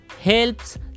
helps